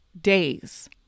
days